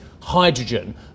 hydrogen